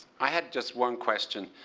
i had just one question.